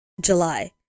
July